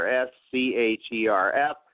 S-C-H-E-R-F